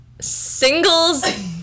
singles